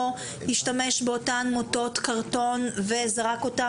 או השתמש באותם מוטות קרטון וזרק אותם